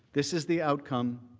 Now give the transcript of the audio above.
this is the outcome